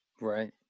right